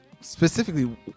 Specifically